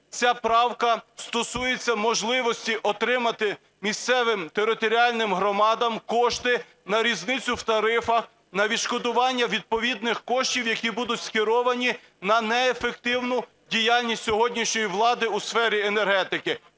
Ця правка стосується можливості отримати місцевим територіальним громадам кошти на різницю в тарифах на відшкодування відповідних коштів, які будуть скеровані на неефективну діяльність сьогоднішньої влади у сфері енергетики.